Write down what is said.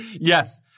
Yes